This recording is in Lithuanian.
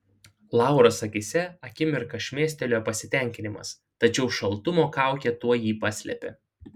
lauros akyse akimirką šmėstelėjo pasitenkinimas tačiau šaltumo kaukė tuoj jį paslėpė